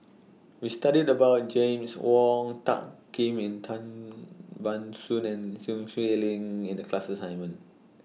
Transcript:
We studied about James Wong Tuck Yim Tan Ban Soon and Sun Xueling in The class assignment